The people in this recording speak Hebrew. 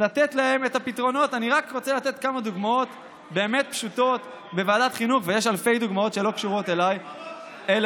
תשמע מאיש חכם, ממיכאל.